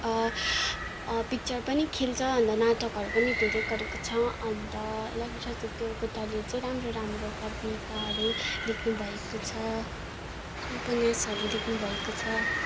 picture पनि खेल्छ अन्त नाटकहरू पनि धेरै गरेको छ अन्त लक्ष्मीप्रसाद देवकोटाले चाहिँ राम्रो राम्रो कविताहरू लेख्नु भएको छ उपन्यासहरू लेख्नु भएको छ